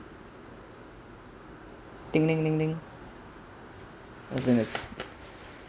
ding ding ding ding as in it's